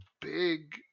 big